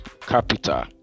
capital